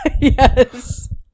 Yes